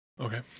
Okay